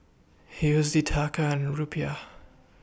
U S D Taka and Rupiah